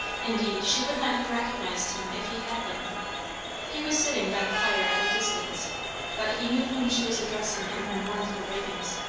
indeed she would not have recognised him if he had been he was sitting by the fire at a distance but he knew whom she was addressing in her mournful ravings,